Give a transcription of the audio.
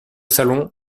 salon